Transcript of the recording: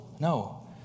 No